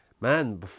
Man